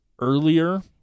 earlier